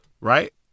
right